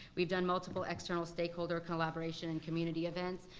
we've done multiple external stakeholder collaboration and community events.